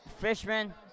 Fishman